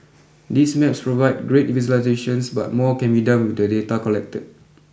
these maps provide great visualisations but more can be done with the data collected